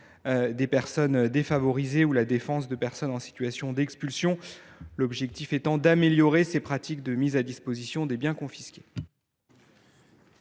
des personnes défavorisées, ou encore la défense des personnes en situation d’expulsion. Il s’agit en effet d’améliorer les pratiques de mise à disposition des biens confisqués.